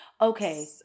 Okay